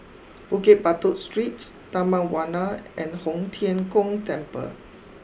Bukit Batok Street Taman Warna and Tong Tien Kung Temple